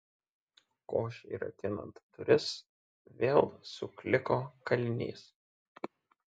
košei rakinant duris vėl sukliko kalinys